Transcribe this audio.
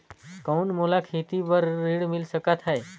कौन मोला खेती बर ऋण मिल सकत है?